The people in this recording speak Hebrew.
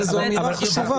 זו אמירה חשובה.